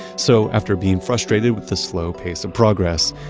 so after being frustrated with the slow pace of progress,